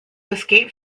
escape